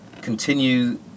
continue